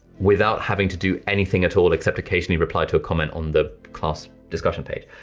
without having to do anything at all except occasionally reply to a comment on the class discussion page.